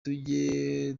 tujye